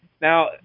Now